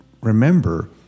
remember